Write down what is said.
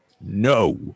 no